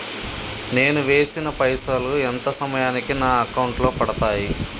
నేను వేసిన పైసలు ఎంత సమయానికి నా అకౌంట్ లో పడతాయి?